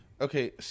Okay